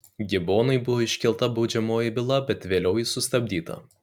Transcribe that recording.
gibonui buvo iškelta baudžiamoji byla bet vėliau ji sustabdyta